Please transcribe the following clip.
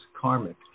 karmic